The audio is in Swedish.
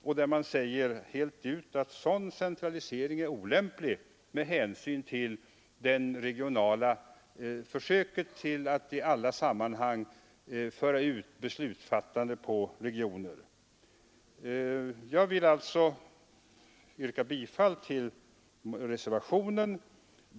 Ronneby kommun förklarar rent ut att en sådan centralisering är olämplig med hänsyn till försöken att i alla sammanhang föra ut beslutsfattandet på regionerna. Jag yrkar bifall till reservationen.